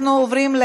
17)